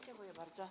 Dziękuję bardzo.